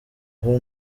aho